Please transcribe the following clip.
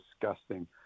disgusting